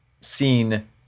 seen